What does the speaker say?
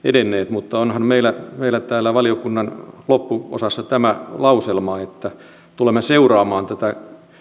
mutta onhan meillä täällä valiokunnan loppuosassa tämä lauselma että tulemme seuraamaan tätä